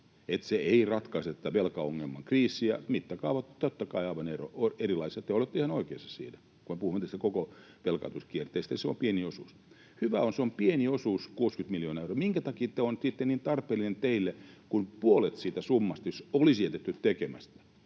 se ei ratkaise tätä velkaongelman kriisiä. Mittakaavat, totta kai, ovat aivan erilaiset, te olette ihan oikeassa siinä — kun me puhumme tästä koko velkaantumiskierteestä, niin se on pieni osuus. Hyvä on, se on pieni osuus, 60 miljoonaa euroa. Minkä takia se on sitten niin tarpeellinen teille, sillä jos puolet siitä summasta olisi jätetty tekemättä,